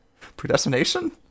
predestination